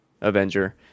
Avenger